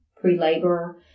pre-labor